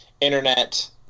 internet